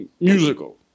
Musical